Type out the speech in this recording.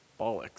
bollocks